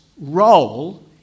role